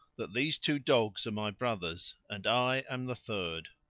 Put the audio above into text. that these two dogs are my brothers and i am the third.